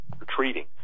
retreating